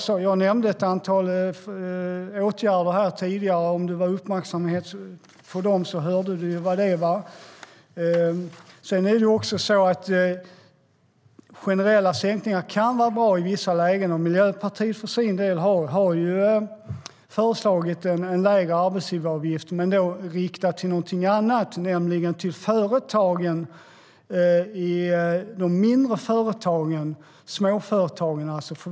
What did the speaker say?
Jag nämnde ett antal åtgärder tidigare. Om du var uppmärksam hörde du vilka det var. Generella sänkningar kan vara bra i vissa lägen. Miljöpartiet har för sin del föreslagit en lägre arbetsgivaravgift. Men den är riktad till någonting annat, nämligen till de mindre företagen och småföretagen.